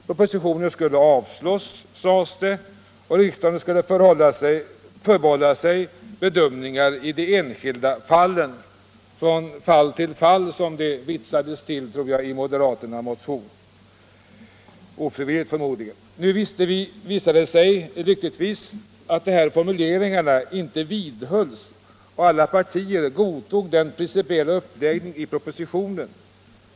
Propositionen skulle avslås, sades det, och riksdagen skulle förbehålla sig bedömningar i de enskilda fallen — ”från fall till fall”, som jag tror det vitsades till i moderaternas motion; förmodligen ofrivilligt. Nu visade det sig lyckligtvis att de här formuleringarna inte vid hölls, utan att alla partier godtog den principiella uppläggningen i propositionen.